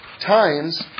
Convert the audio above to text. times